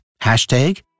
Hashtag